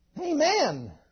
Amen